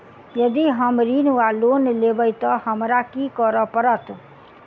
यदि हम ऋण वा लोन लेबै तऽ हमरा की करऽ पड़त?